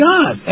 God